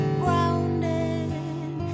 grounded